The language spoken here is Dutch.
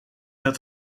dat